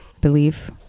believe